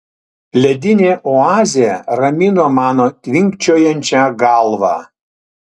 ledinė oazė ramino mano tvinkčiojančią galvą